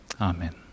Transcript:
Amen